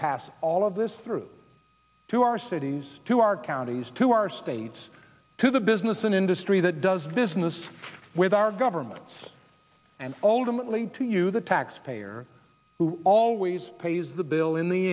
pass all of this through to our cities to our counties to our states to the business an industry that does business with our governments and ultimately to you the taxpayer who always pays the bill in the